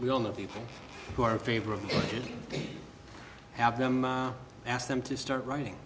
we all know people who are in favor of it have them ask them to start writing